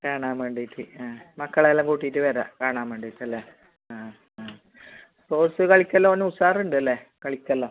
കാണാൻ വേണ്ടിയിട്ട് ആ മക്കളെ എല്ലാം കൂട്ടിയിട്ട് വരാം കാണാൻ വേണ്ടിയിട്ടല്ലേ ആ ആ സ്പോർട്സ് കളിക്കെല്ലാം അവൻ ഉഷാർ ഉണ്ട് അല്ലേ കളിക്കെല്ലാം